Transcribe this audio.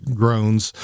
groans